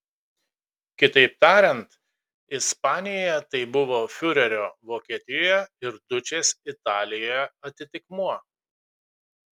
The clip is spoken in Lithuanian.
kitaip tariant ispanijoje tai buvo fiurerio vokietijoje ir dučės italijoje atitikmuo